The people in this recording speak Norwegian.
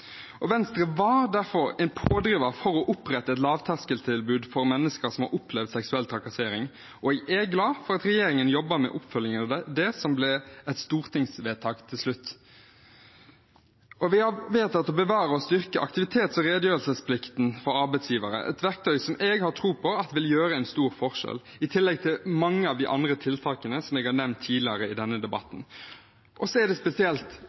over. Venstre var derfor en pådriver for å opprette et lavterskeltilbud for mennesker som har opplevd seksuell trakassering, og jeg er glad for at regjeringen jobber med oppfølgingen av det som ble et stortingsvedtak til slutt. Vi har også vedtatt å bevare og styrke aktivitets- og redegjørelsesplikten for arbeidsgivere, et verktøy som jeg har tro på vil gjøre en stor forskjell, i tillegg til mange av de andre tiltakene som jeg har nevnt tidligere i denne debatten. Det gjelder spesielt